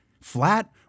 flat